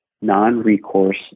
non-recourse